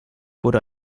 wurde